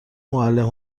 معلم